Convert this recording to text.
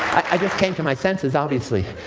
i just came to my senses, obviously.